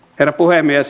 herra puhemies